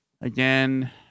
again